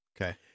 Okay